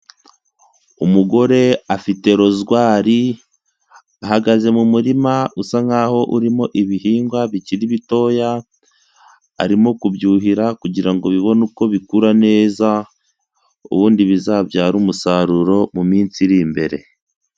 Umugore afite rozwari ahagaze mu murima usa nkaho urimo ibihingwa bikiri bitoya, arimo kubyuhira kugira bibone uko bikura neza, ubundi bizabyara umusaruro mu minsi iri imbere.